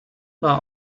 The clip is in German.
war